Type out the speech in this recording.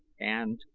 and,